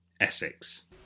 Essex